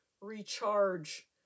recharge